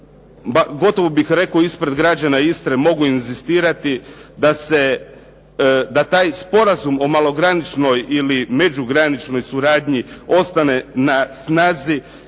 gotovo bih rekao ispred građana Istre, mogu inzistirati da taj sporazum o malograničnoj ili međugraničnoj suradnji ostane na snazi